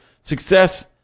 success